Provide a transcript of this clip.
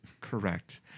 correct